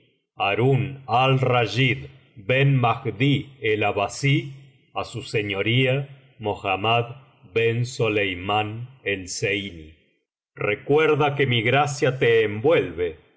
harún al rachid ben mahdí el abbasí á su señoría mohammad ben soleimán el zeiní recuerda cfue mi gracia te envuelve y